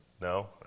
No